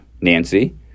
Nancy